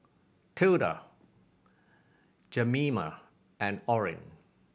Tilda Jemima and Orrin